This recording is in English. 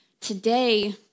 today